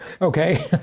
okay